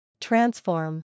Transform